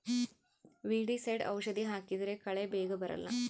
weedicide ಔಷಧಿ ಹಾಕಿದ್ರೆ ಕಳೆ ಬೇಗ ಬರಲ್ಲ